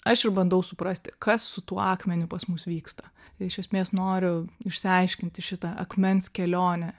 aš ir bandau suprasti kas su tuo akmeniu pas mus vyksta iš esmės noriu išsiaiškinti šitą akmens kelionę